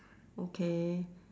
okay